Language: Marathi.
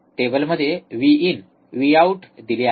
टेबलमध्ये व्हीइन व्हीआऊट दिले आहे